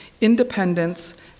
independence